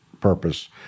purpose